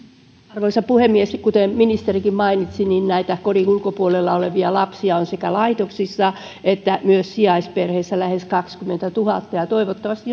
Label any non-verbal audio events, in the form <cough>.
arvoisa puhemies kuten ministerikin mainitsi niin näitä kodin ulkopuolella olevia lapsia on sekä laitoksissa että myös sijaisperheissä lähes kaksikymmentätuhatta ja ja toivottavasti <unintelligible>